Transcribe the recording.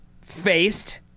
faced